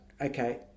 okay